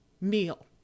meal